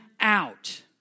out